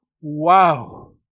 Wow